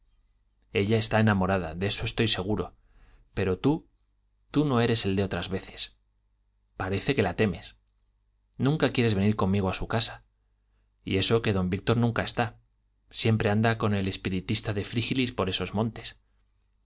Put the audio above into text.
ella está enamorada de eso estoy seguro pero tú tú no eres el de otras veces parece que la temes nunca quieres venir conmigo a su casa y eso que don víctor nunca está siempre anda con el espiritista de frígilis por esos montes